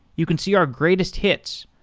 you can see our greatest hits,